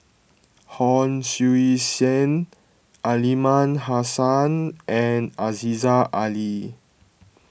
Hon Sui Sen Aliman Hassan and Aziza Ali